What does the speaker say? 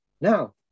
now